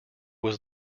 was